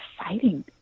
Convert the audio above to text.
exciting